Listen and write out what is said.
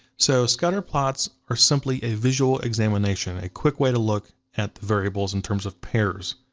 so scatterplots are simply a visual examination, a quick way to look at variables in terms of pairs.